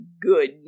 good